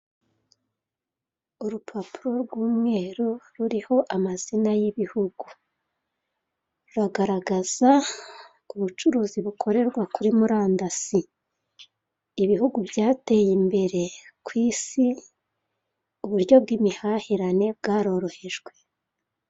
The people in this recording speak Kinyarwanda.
Urupapuro rw'umweru ruriho amazina y'ibihugu, ruragaragaza ubucuruzi bukorerwa kuri murandasi, ibihugu byateye imbere ku isi, uburyo bw'imihahirane bwarorohejwe.